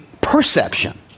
perception